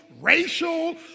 racial